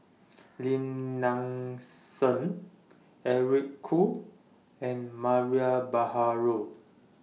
Lim Nang Seng Eric Khoo and Mariam Baharom